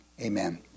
amen